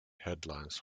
headlines